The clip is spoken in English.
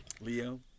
Leo